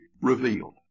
revealed